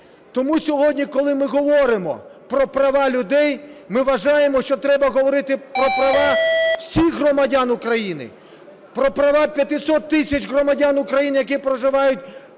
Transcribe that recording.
Тому сьогодні коли ми говоримо про права людей, ми вважаємо, що треба говорити про права всіх громадян України, про права 500 тисяч громадян України, які проживають